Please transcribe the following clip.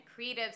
creatives